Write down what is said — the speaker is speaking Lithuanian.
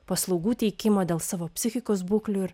paslaugų teikimo dėl savo psichikos būklių ir